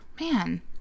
Man